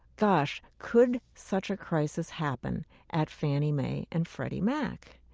gosh, could such a crisis happen at fannie mae and freddie mac?